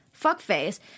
Fuckface